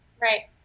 Right